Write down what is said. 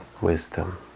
wisdom